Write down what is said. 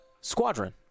Squadron